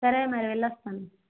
సరే మరి వెళ్ళొస్తాను